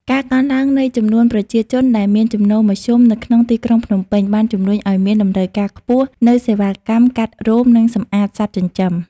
ការកើនឡើងនៃចំនួនប្រជាជនដែលមានចំណូលមធ្យមនៅក្នុងទីក្រុងភ្នំពេញ បានជំរុញឱ្យមានតម្រូវការខ្ពស់នូវសេវាកម្មកាត់រោម និងសម្អាតសត្វចិញ្ចឹម។